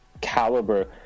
caliber